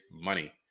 money